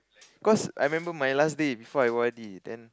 cause I remember my last day before I o_r_d then